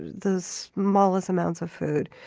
the smallest amounts of food,